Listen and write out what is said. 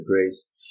grace